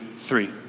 three